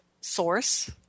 source